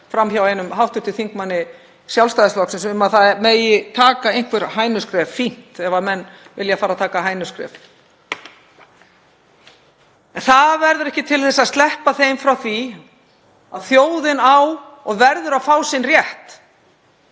fram hjá einum hv. þm. Sjálfstæðisflokksins að það megi taka einhver hænuskref. Fínt ef menn vilja taka hænuskref en það verður ekki til að sleppa þeim frá því að þjóðin á og verður að fá sinn rétt